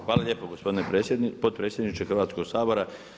Hvala lijepo gospodine potpredsjedniče Hrvatskog sabora.